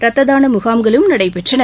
ரத்ததான முகாம்குளும் நடைபெற்றன